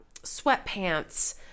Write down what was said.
sweatpants